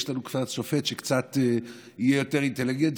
יש לנו שופט שיהיה קצת יותר אינטליגנט,